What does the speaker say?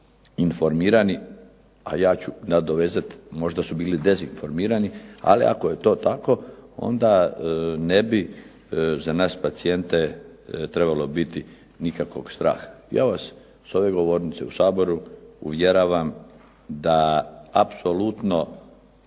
informirani, ja ću nadovezati možda su bili dezinformirani. Ali ako je to tako onda ne bi za nas pacijente ne bi trebalo biti nikakvog straha. Ja vas s ove govornice u Saboru uvjeravam da apsolutno